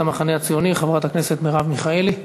המחנה הציוני חברת הכנסת מרב מיכאלי.